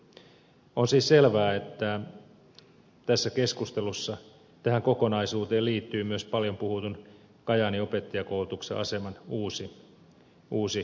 on siis selvää että tässä keskustelussa tähän kokonaisuuteen liittyy myös paljon puhutun kajaanin opettajankoulutuksen aseman uusi arviointi